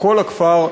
שכל הכפר,